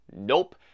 nope